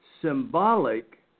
symbolic